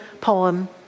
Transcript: poem